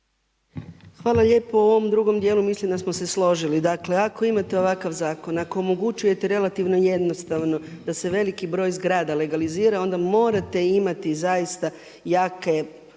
Hvala lijepo. U ovom drugom dijelu mislim da smo se složili. Dakle ako imate ovakav zakon, ako omogućujete relativno jednostavno da se veliki broj zgrada legalizira onda morate imati zaista jaku